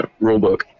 rulebook